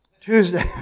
Tuesday